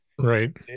right